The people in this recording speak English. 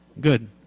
good